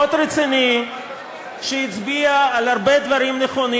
מאוד רציני, שהצביע על הרבה דברים נכונים.